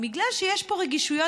בגלל שיש פה רגישויות,